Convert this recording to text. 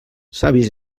savis